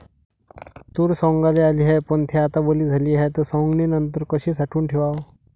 तूर सवंगाले आली हाये, पन थे आता वली झाली हाये, त सवंगनीनंतर कशी साठवून ठेवाव?